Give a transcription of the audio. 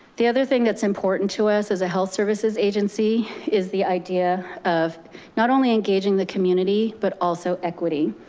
the other thing that's important to us as a health services agency is the idea of not only engaging the community, but also equity.